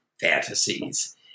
fantasies